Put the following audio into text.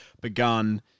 begun